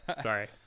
Sorry